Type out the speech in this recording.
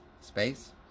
space